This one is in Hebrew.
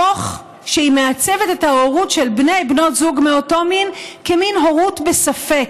תוך שהיא מעצבת את ההורות של בני ובנות זוג מאותו מין כמין הורות בספק,